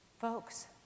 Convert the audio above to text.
Folks